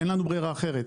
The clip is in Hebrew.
אין לנו ברירה אחרת.